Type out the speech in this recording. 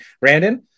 Brandon